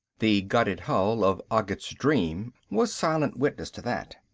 the gutted hull of ogget's dream was silent witness to that.